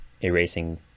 erasing